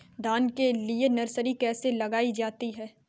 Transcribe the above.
धान के लिए नर्सरी कैसे लगाई जाती है?